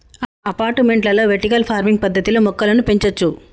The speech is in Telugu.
అపార్టుమెంట్లలో వెర్టికల్ ఫార్మింగ్ పద్దతిలో మొక్కలను పెంచొచ్చు